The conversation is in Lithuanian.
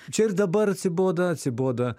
čia ir dabar atsiboda atsiboda